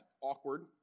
awkward